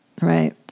Right